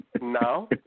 now